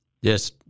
Yes